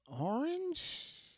Orange